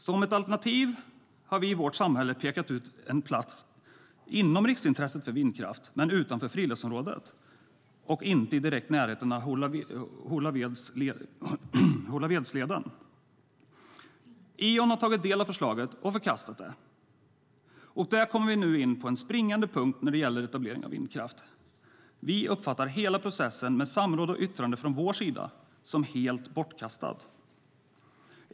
Som ett alternativ har vi i vårt samhälle pekat ut en plats inom riksintresset för vindkraft men utanför friluftsområdet och inte i direkt närhet av Holavedsleden. Eon har tagit del av förslaget och förkastat det. Där kommer vi nu in på en springande punkt när det gäller etablering av vindkraft. Vi uppfattar hela processen med samråd och yttrande från vår sida som helt bortkastat.